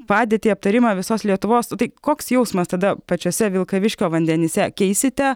padėtį aptarimą visos lietuvos tai koks jausmas tada pačiuose vilkaviškio vandenyse keisite